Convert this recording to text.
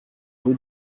rue